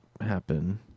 happen